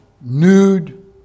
nude